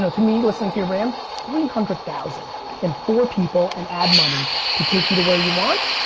to me, listen to your brand, three hundred thousand and four people and add money to take you to where you want.